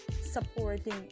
supporting